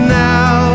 now